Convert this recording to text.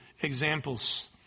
examples